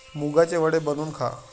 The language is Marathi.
मुगाचे वडे बनवून खा